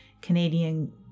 canadian